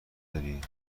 داری